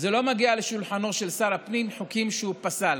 לא מגיעים לשולחנו של שר הפנים חוקים שהוא פסל.